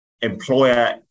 employer